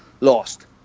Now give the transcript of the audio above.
lost